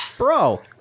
Bro